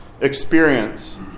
experience